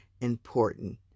important